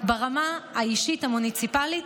ברמה האישית, המוניציפלית,